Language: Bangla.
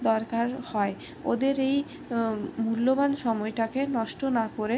দরকার হয় ওদের এই মূল্যবান সময়টাকে নষ্ট না করে